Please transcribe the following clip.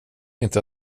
inte